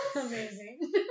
Amazing